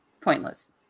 pointless